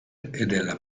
della